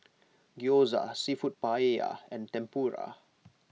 Gyoza Seafood Paella and Tempura